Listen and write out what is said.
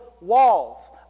walls